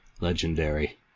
legendary